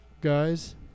guys